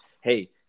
hey